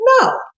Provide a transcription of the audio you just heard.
No